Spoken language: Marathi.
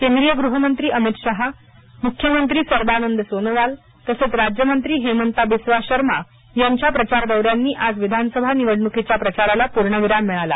केंद्रीय गृहमंत्री अमित शाह मुख्यमंत्री सर्वानंद सोनोवाल तसंच राज्य मंत्री हेमंता बिस्वा शर्मा यांच्या प्रचारदौऱ्यांनी आज विधानसभा निवडणुकीच्या प्रचाराला पूर्णविराम मिळाला